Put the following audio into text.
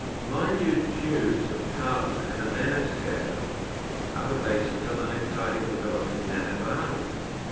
minute tubes of carbon at a nanoscale are the basis of an exciting development in nanobionics,